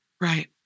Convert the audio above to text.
Right